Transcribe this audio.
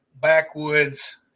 backwoods